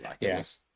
Yes